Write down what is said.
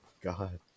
God